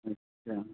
अच्छा